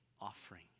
Offering